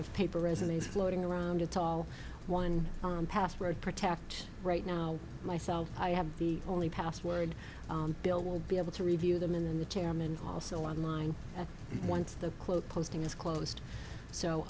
of paper resumes floating around at all one on password protect right now myself i have the only password bill will be able to review them in the chairman also online at once the quote posting is closed so